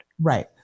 Right